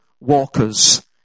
Walkers